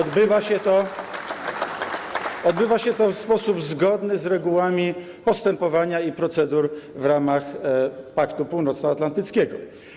Odbywa się to w sposób zgodny z regułami postępowania i procedur w ramach Paktu Północnoatlantyckiego.